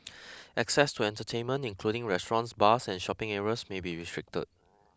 access to entertainment including restaurants bars and shopping areas may be restricted